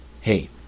hey